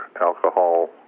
alcohol